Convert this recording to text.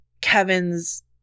Kevin's